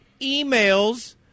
emails